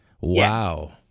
Wow